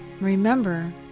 Remember